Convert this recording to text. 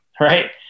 right